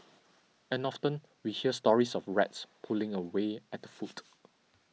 and often we hear stories of rats pulling away at the food